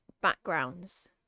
backgrounds